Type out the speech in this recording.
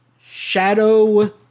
shadow